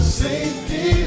safety